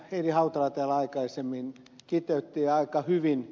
heidi hautala täällä aikaisemmin kiteytti aika hyvin